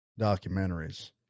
documentaries